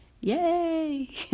yay